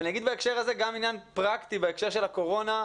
אני אגיד בהקשר הזה גם עניין פרקטי בהקשר של הקורונה.